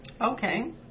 Okay